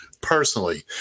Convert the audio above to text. personally